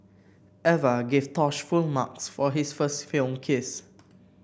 Eva gave Tosh full marks for his first film kiss